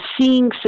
seeing